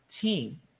team